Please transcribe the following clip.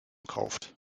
kauft